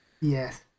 yes